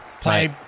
play